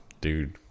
Dude